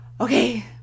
okay